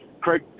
Craig